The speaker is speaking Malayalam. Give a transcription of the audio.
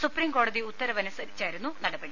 സുപ്രീംകോടതി ഉത്തരവനുസരിച്ചായിരുന്നു നടപടി